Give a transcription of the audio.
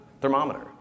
thermometer